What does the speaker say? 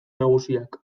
nagusiak